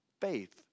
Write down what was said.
faith